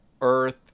earth